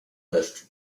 deszczu